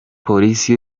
polisi